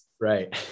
Right